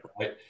Right